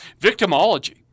victimology